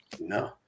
No